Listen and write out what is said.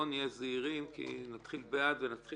בואו נהיה זהירים כי אם נתחיל בעד ונתחיל